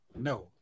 no